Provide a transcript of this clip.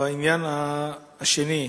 בעניין השני,